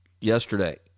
yesterday